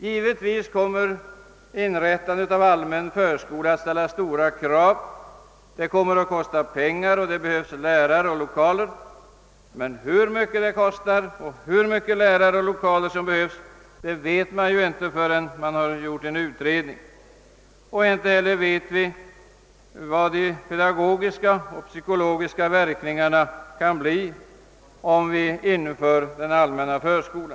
Givetvis kommer inrättandet av en allmän förskola att ställa stora krav: det kommer att kosta pengar, det kommer att krävas lärare och lokaler. Men hur mycket det kostar och hur mycket lärare och lokaler som behövs vet man inte förrän en utredning giorts. Inte heller vet vi vilka de pedagogiska och psykologiska verkningarna kan bli av en allmän förskola.